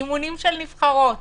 אימונים של נבחרות